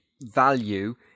value